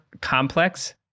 complex